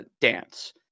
dance